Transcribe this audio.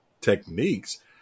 techniques